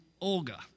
Olga